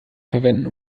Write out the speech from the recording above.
verwenden